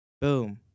Boom